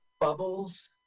Bubbles